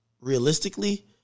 realistically